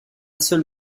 seul